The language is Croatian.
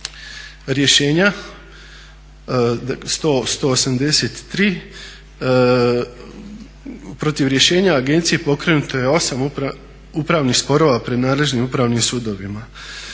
rješenja 183 protiv rješenja agencije pokrenuto je 8 upravnih sporova pred nadležnim upravnim sudovima.